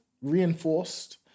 reinforced